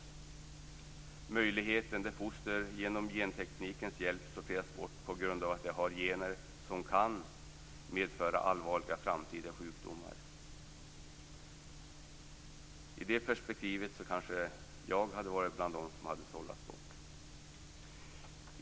Möjligheten är att foster kommer att kunna sorteras bort med genteknikens hjälp på grund av att de har gener som kan medföra allvarliga framtida sjukdomar. I det perspektivet hade jag kanske varit bland dem som hade sållats bort.